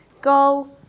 go